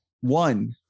one